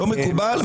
לא מקובל,